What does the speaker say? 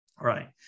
Right